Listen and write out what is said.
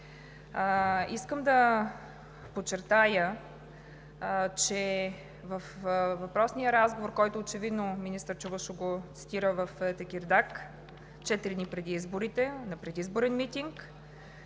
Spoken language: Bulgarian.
Искам да подчертая, че във въпросния разговор, който, очевидно, министър Чавушоглу цитира в Текирдаг четири дни преди изборите, на предизборен митинг,